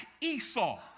Esau